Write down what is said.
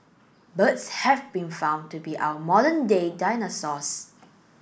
birds have been found to be our modern day dinosaurs